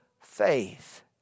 faith